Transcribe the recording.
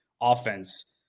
offense